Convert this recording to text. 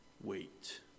Wait